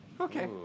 Okay